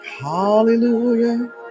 Hallelujah